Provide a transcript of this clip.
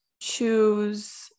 choose